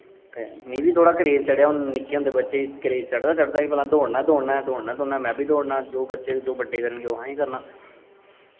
में मिगी थोह्ड़ा क्रेज़ चढ़ेआ हून निक्के होंदे बच्चे गी क्रेज़ चढ़दा गै चढ़दा भला दौड़ना गै दौड़नां ऐ में बी दौड़ना जो बड्डे करन गे ओह् ही करना